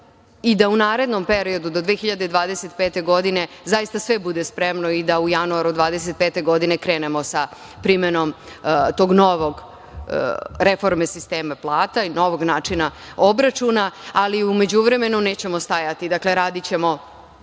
i da u narednom periodu, do 2025. godine, zaista sve bude spremno i da u januaru 2025. godine krenemo sa primenom tog novog načina, reforme sistema plata, obračuna. Ali, u međuvremenu, nećemo stajati. Radićemo